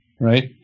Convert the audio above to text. right